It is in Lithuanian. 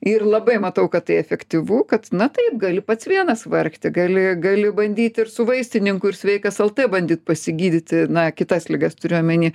ir labai matau kad tai efektyvu kad na taip gali pats vienas vargti gali gali bandyti ir su vaistininku ir sveikas lt bandyt pasigydyti na kitas ligas turiu omeny